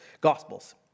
Gospels